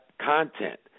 content